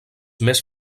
més